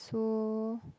so